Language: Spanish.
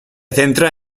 centra